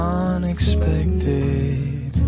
unexpected